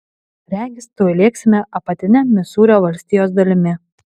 regis tuoj lėksime apatine misūrio valstijos dalimi